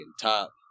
top